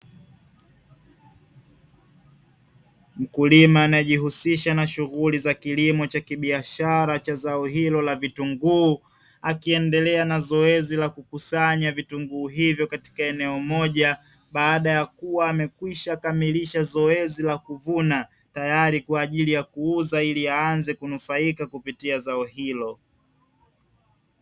Mkulima anayejihusisha na shughuli za kilimo cha kibiashara cha zao hilo la vitunguu, akiendelea na zoezi la kukusanya vitunguu hivyo katika eneo moja, baada ya kuwa wamekwisha kamilisha zoezi la kuvuna, tayari kwa ajili ya kuuza, ili aanze kunufaika kupitia zao hilo.